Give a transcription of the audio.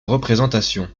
représentations